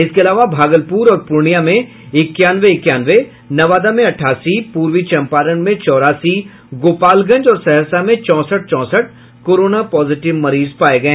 इसके अलावा भागलप्र और पूर्णिया में इक्यानवे इक्यानवे नवादा में अट्ठासी पूर्वी चंपारण में चौरासी गोपालगंज और सहरसा में चौंसठ चौंसठ कोरोना पॉजिटिव मरीज पाये गये